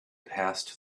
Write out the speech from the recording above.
passed